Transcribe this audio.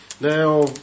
Now